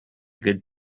good